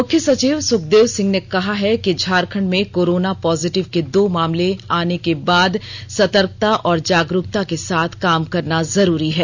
मुख्य सचिव सुखदेव सिंह ने कहा है कि झारखंड में कोरोना पॉजिटिव के दो मामले आने के बाद सतर्कता और जागरूकता के साथ काम करना जरूरी है